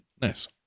Nice